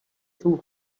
too